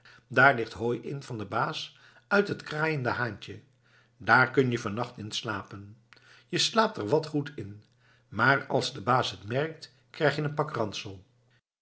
daar ligt hooi in van den baas uit het kraaiende haantje daar kun je van nacht in slapen je slaapt er wat goed in maar als de baas het merkt krijg je een pak